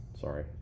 Sorry